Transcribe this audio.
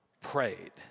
prayed